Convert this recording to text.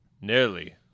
nearly